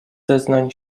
zeznań